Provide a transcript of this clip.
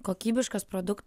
kokybiškas produk